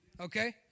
Okay